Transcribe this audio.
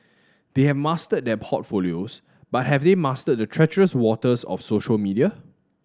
they have mastered their portfolios but have they mastered the treacherous waters of social media